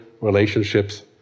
relationships